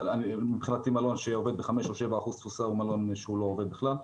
מבחינתי מלון שעובד ב-5% או 7% תפוסה הוא מלון שלא עובד בכלל.